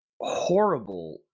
horrible